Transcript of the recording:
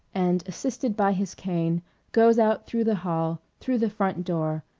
and assisted by his cane goes out through the hall, through the front door,